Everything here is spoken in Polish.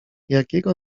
jakiego